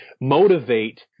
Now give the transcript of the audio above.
motivate